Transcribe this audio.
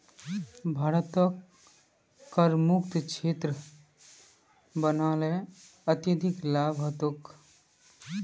भारतक करमुक्त क्षेत्र बना ल अत्यधिक लाभ ह तोक